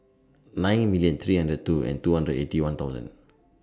nine million three hundred and two and two hundred and Eighty One thousand